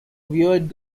weird